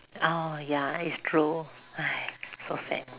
oh ya it's true !hais! so sad